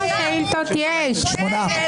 אתם נתתם הארכה -- גברתי היועמ"שית,